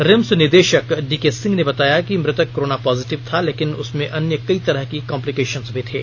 RIMS निदेशक DK Singh ने बताया कि मृतक कोरोना पॉजिटिव था लेकिन उसमें अन्य कई तरह के कॉम्प्लिकेशन भी थे